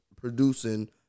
producing